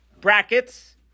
Brackets